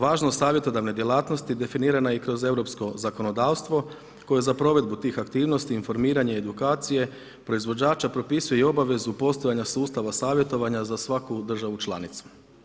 Važnost savjetodavne djelatnosti definirana je i kroz europsko zakonodavstvo koje za provedbu tih aktivnosti informiranje i edukacije proizvođača propisuje i obavezu postojanja sustava savjetovanja za svaku državu članicu.